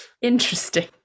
interesting